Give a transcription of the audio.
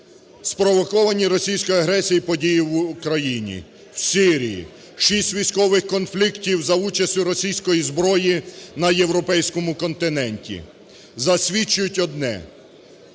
Спровоковані російською агресією події в України, в Сирії, 6 військових конфліктів за участю російської зброї на європейському континенті засвідчують одне